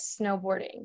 snowboarding